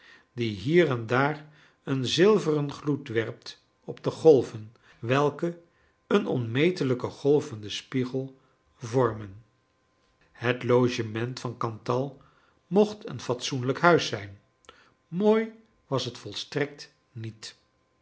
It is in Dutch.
die hier en daar een zilveren gloed werpt op de golven welke een onmetelijken golvenden spiegel vormen het logement van cantal mocht een fatsoenlijk huis zijn mooi was het volstrekt niet